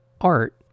art